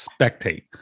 spectate